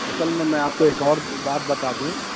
اصل میں میں آپ کو ایک اور بات بتا دوں